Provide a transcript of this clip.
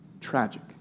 Tragic